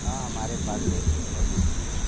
हाँ हमारे पास एक मवेसी है